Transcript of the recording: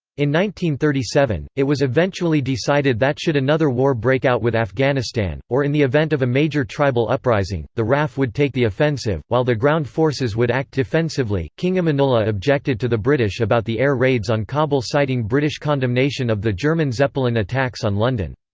thirty seven, it was eventually decided that should another war break out with afghanistan, or in the event of a major tribal uprising, the raf would take the offensive, while the ground forces would act defensively king amanullah objected to the british about the air raids on kabul citing british condemnation of the german zeppelin attacks on london.